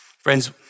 Friends